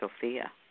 Sophia